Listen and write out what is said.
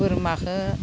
बोरमाखौ